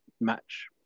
match